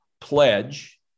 pledge